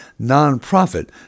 nonprofit